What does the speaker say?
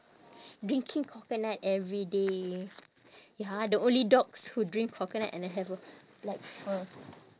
drinking coconut every day ya the only dogs who drink coconut and have a black fur